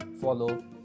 follow